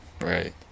Right